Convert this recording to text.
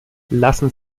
lassen